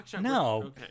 no